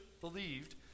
believed